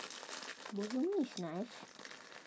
bohemian is nice